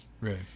Right